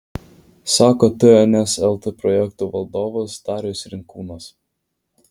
sako tns lt projektų vadovas darius rinkūnas